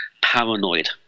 paranoid